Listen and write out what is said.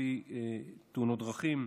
לפי תאונות דרכים.